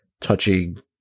Touching